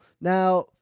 Now